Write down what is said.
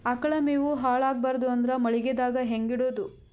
ಆಕಳ ಮೆವೊ ಹಾಳ ಆಗಬಾರದು ಅಂದ್ರ ಮಳಿಗೆದಾಗ ಹೆಂಗ ಇಡೊದೊ?